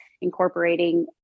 incorporating